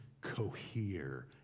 cohere